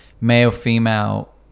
male-female